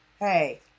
Hey